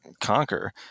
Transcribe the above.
conquer